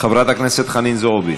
חברת הכנסת חנין זועבי,